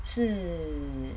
是